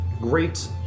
great